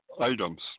items